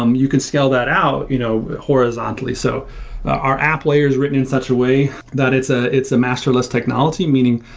um you can scale that out you know horizontally. so our app layer is written in such a way that it's ah it's a masterless technology. meaning,